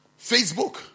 Facebook